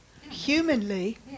Humanly